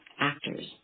actors